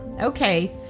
Okay